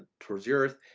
towards the earth,